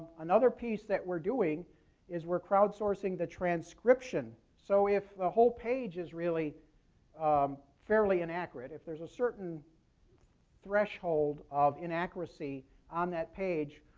another piece that we're doing is we're crowdsourcing the transcription. so if the whole page is really um fairly inaccurate, if there's a certain threshold of inaccuracy on that page,